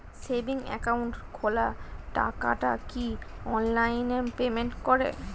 Savings account খোলা টাকাটা কি অনলাইনে পেমেন্ট করে?